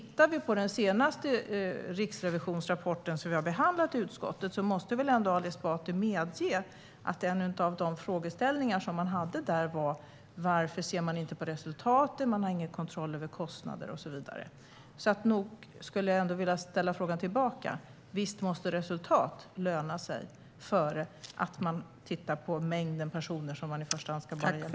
Tittar vi på den senaste riksrevisionsrapport som vi har behandlat i utskottet måste väl ändå Ali Esbati medge att en av de frågeställningar man hade där var att man inte ser på resultaten och att man inte har kontroll över kostnader? Låt mig ändå ställa frågan tillbaka: Visst måste resultat löna sig framför att man tittar på mängden personer som står i kö?